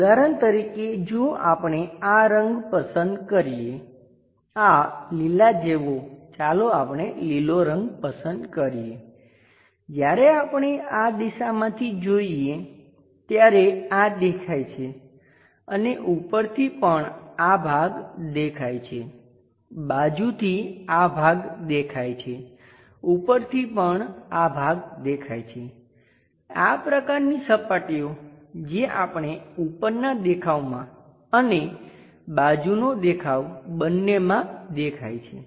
ઉદાહરણ તરીકે જો આપણે આ રંગ પસંદ કરીએ આ લીલાજેવો ચાલો આપણે લીલો રંગ પસંદ કરીએ જ્યારે આપણે આ દિશામાંથી જોઈએ ત્યારે આ દેખાય છે અને ઉપરથી પણ આ ભાગ દેખાય છે બાજુથી આ ભાગ દેખાય છે ઉપરથી પણ આ ભાગ દેખાય છે આ પ્રકારની સપાટીઓ જે આપણે ઉપરનાં દેખાવમાં અને બાજુનો દેખાવ બંનેમાં દેખાય છે